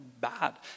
bad